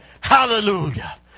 Hallelujah